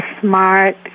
smart